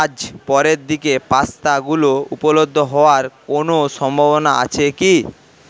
আজ পরের দিকে পাস্তাগুলো উপলব্ধ হওয়ার কোনও সম্ভাবনা আছে কি